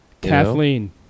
Kathleen